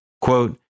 quote